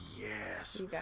Yes